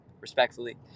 respectfully